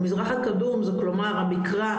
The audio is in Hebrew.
המזרח הקדום זה כלומר המקרא,